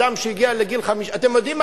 אדם שהגיע לגיל 50. אתם יודעים מה?